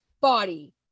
body